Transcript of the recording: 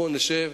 בואו נשב,